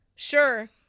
Sure